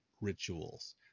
rituals